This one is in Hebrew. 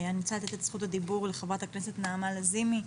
אני רוצה לתת את זכות הדיבור לחברת הכנסת נעמה לזימי,